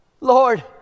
Lord